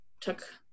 took